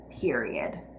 period